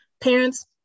Parents